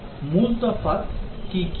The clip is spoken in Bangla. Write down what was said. verification এবং validation এর মূল তফাৎ কি কি